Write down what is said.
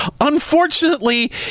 unfortunately